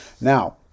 Now